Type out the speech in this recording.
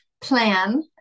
plan